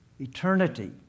Eternity